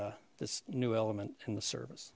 this new element in the service